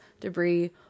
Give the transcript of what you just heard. debris